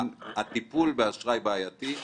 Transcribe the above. הטיפול באשראי בעייתי,